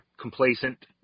complacent